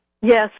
Yes